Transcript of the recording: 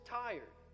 tired